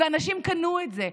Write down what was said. ואנשים קנו את זה.